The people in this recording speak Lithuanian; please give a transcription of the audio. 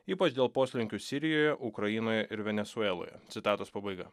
ypač dėl poslinkių sirijoje ukrainoje ir venesueloje citatos pabaiga